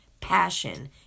passion